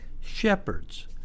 shepherds